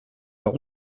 der